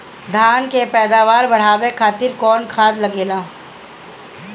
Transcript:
धान के पैदावार बढ़ावे खातिर कौन खाद लागेला?